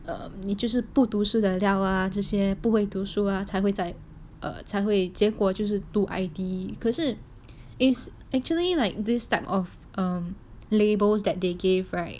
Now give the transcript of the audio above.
um 你就是不读书的料啊这些不会读书啊才会在 err 才会结果就是读 I_T_E 可是 is actually like this type of um labels that they gave right